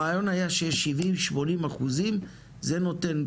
הרעיון היה ש-70%-80% זה נותן.